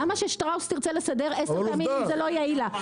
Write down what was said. אבל למה ששטראוס לדוגמה תרצה לסדר כעשר פעמים אם זה לא יועיל לה?